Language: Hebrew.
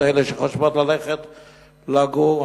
אלה שחושבות ללכת לגור?